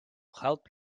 help